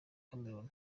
cameroon